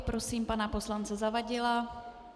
Prosím pana poslance Zavadila.